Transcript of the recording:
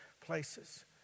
places